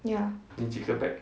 ya